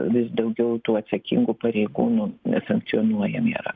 vis daugiau tų atsakingų pareigūnų sankcionuojami yra